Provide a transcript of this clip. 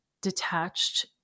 detached